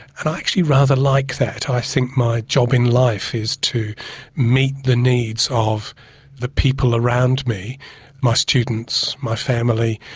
and i actually rather like that, i think my job in life is to meet the needs of the people around me my students, my family,